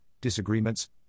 disagreements